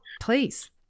Please